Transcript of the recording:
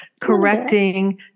correcting